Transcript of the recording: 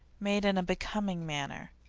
made in a becoming manner.